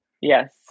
Yes